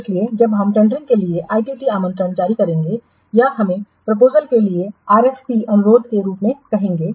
इसलिए जब हम टेंडरिंग के लिए आईटीटी आमंत्रण जारी करेंगे या हम इसे प्रपोजल के लिए आरएफपी अनुरोध के रूप में कहेंगे